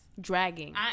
Dragging